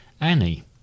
Annie